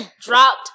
dropped